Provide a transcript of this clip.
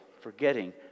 forgetting